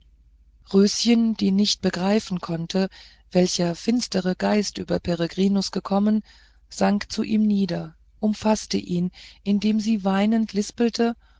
röschen die nicht begreifen konnte welcher finstere geist über peregrinus gekommen sank zu ihm nieder umfaßte ihn indem sie weinend lispelte